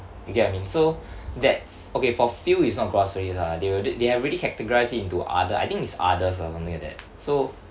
you get what I mean so that okay for fuel it's not groceries ah they will they have already categorised it into other I think it's others or something like that so